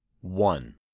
One